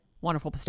Wonderful